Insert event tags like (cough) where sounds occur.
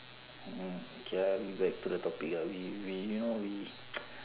mm K lah back to the topic ah we we you know we (noise)